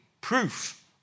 Proof